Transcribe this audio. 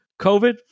COVID